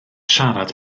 siarad